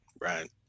Right